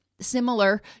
Similar